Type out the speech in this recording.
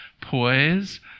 poise